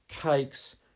cakes